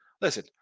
Listen